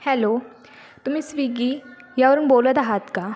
hello तुम्ही Swiggy यावरून बोलत आहात का